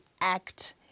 act